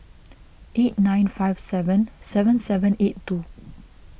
eight nine five seven seven seven eight two